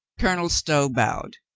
colonel stow bowed.